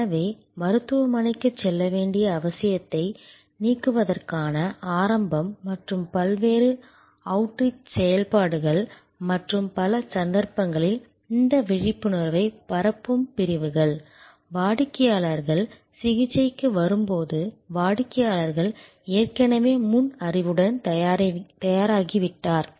எனவே மருத்துவமனைக்குச் செல்ல வேண்டிய அவசியத்தை நீக்குவதற்கான ஆரம்பம் மற்றும் பல்வேறு அவுட்ரீச் செயல்பாடுகள் மற்றும் பல சந்தர்ப்பங்களில் இந்த விழிப்புணர்வை பரப்பும் பிரிவுகள் வாடிக்கையாளர் சிகிச்சைக்கு வரும்போது வாடிக்கையாளர் ஏற்கனவே முன் அறிவுடன் தயாராகிவிட்டார்